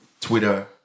Twitter